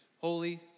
Holy